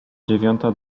dziewiąta